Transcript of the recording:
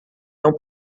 tão